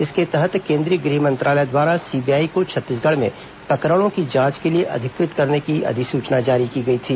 इसके तहत केन्द्रीय गृह मंत्रालय द्वारा सीबीआई को छत्तीसगढ़ में प्रकरणों की जांच के लिए अधिकृत करने की अधिसूचना जारी की गई थी